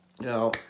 Now